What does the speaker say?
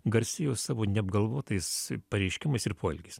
garsėjo savo neapgalvotais pareiškimais ir poelgiais